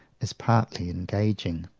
is partly engaging.